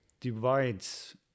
divides